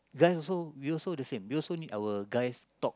guys also we also the same we also need our guys talk